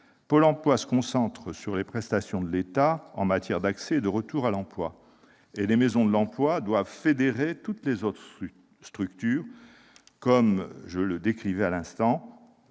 Pôle emploi se concentre sur les prestations de l'État en matière d'accès et de retour à l'emploi, quand les maisons de l'emploi doivent fédérer toutes les autres structures afin d'améliorer l'efficacité